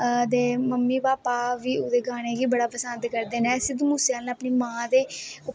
ते मम्मी भापा बी ओह्दे गानें गी बड़ा पसंद करदै नै सिध्दू मूसे बाला अपनी मां दे